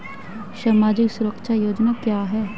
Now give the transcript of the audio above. सामाजिक सुरक्षा योजना क्या है?